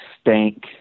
stank